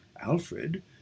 Alfred